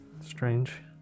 Strange